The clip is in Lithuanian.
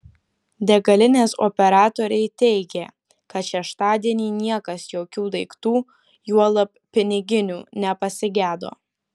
degalinės operatoriai teigė kad šeštadienį niekas jokių daiktų juolab piniginių nepasigedo